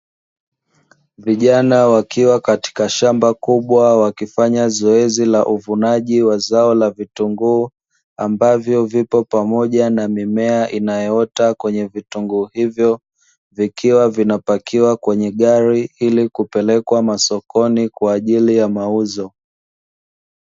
Vijana wakiwa katika shamba kubwa wakifanya zoezi la uvunaji wa zao la vitunguu, ambavyo vipo pamoja na mimea inayoota kwenye vitunguu hivyo vikiwa vinapakiwa kwenye gari ili kupelekwa masokoni kwa ajili ya mauzo.